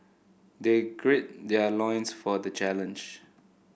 they gird their loins for the challenge